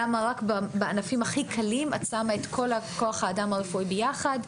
למה רק בענפים הכי קלים את שמה את כול כוח האדם הרפואי ביחד?